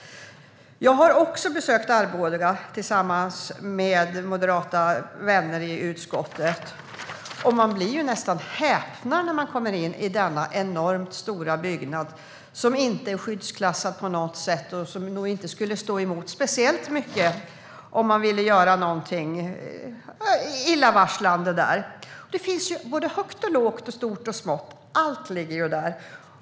Jag har också besökt Arboga och gjort det tillsammans med moderata vänner i utskottet. Och man häpnar nästan när man kommer in i den enormt stora byggnaden, som inte är skyddsklassad på något sätt och som nog inte skulle stå emot speciellt mycket om någon skulle vilja göra något illasinnat där. Det finns både högt och lågt, stort och smått - allt ligger där.